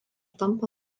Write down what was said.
tampa